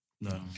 No